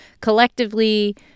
collectively